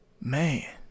Man